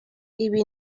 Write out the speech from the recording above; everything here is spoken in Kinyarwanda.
ibi